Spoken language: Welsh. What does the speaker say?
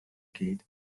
gyd